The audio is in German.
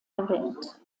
erwähnt